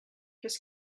qu’est